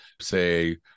say